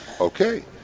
Okay